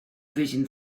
vision